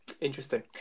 Interesting